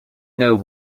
know